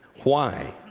why?